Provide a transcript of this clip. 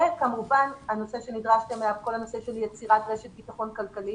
כמובן כל הנושא של יצירת רשת ביטחון כלכלי